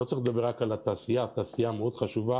לא צריך לדבר רק על התעשייה שהיא מאוד חשובה.